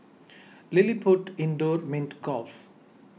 LilliPutt Indoor Mini Golf